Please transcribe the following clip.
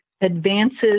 advances